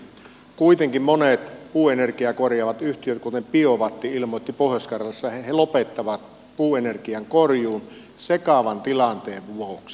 kuitenkin monet puuenergiaa korjaavat yhtiöt kuten biowatti pohjois karjalassa ilmoittivat että he lopettavat puuenergian korjuun sekavan tilanteen vuoksi